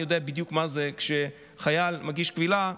אני יודע בדיוק מה זה כשאימא של חייל מגישה קבילה,